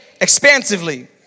expansively